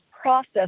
process